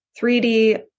3d